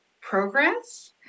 progress